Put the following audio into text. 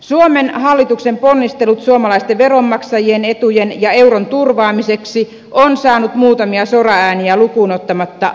suomen hallituksen ponnistelut suomalaisten veronmaksajien etujen ja euron turvaamiseksi ovat saaneet muutamia soraääniä lukuun ottamatta talousoppineiden tuen